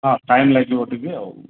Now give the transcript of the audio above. ହଁ ଟାଇମ୍ ଲାଗିବ ଟିକେ ଆଉ